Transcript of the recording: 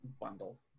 bundle